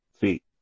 feet